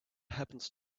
happens